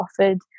offered